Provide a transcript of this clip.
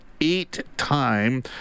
eight-time